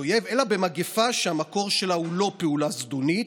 אויב אלא במגפה שהמקור שלה הוא לא פעולה זדונית,